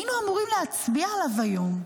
היינו אמורים להצביע עליו היום.